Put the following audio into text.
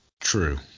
true